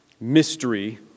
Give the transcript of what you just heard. mystery